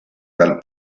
dal